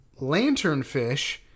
lanternfish